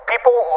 People